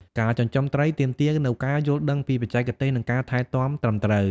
ការចិញ្ចឹមត្រីទាមទារនូវការយល់ដឹងពីបច្ចេកទេស និងការថែទាំត្រឹមត្រូវ។